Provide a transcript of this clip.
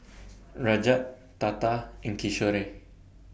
Rajat Tata and Kishore